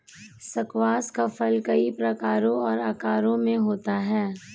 squash का फल कई प्रकारों और आकारों में होता है